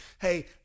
hey